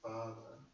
Father